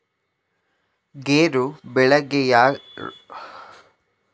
ಗೇರು ಬೆಳೆಗೆ ರೋಗ ಬರದಂತೆ ತಡೆಯಲು ಯಾವ ಔಷಧಿ ಸಿಂಪಡಿಸಿದರೆ ಒಳ್ಳೆಯದು?